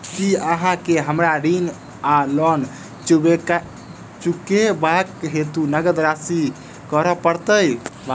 की अहाँ केँ हमरा ऋण वा लोन चुकेबाक हेतु नगद राशि जमा करऽ पड़त?